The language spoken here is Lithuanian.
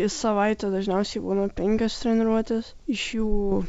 į savaitę dažniausiai būna penkios treniruotės iš jų